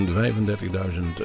35.000